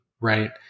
right